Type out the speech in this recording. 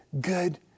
good